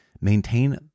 Maintain